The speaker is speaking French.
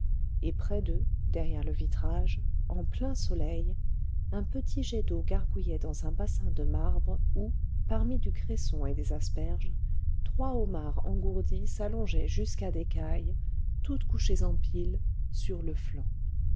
et près d'eux derrière le vitrage en plein soleil un petit jet d'eau gargouillait dans un bassin de marbre où parmi du cresson et des asperges trois homards engourdis s'allongeaient jusqu'à des cailles toutes couchées en pile sur le flanc